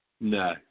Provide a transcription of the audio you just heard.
No